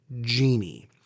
Genie